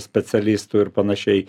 specialistų ir panašiai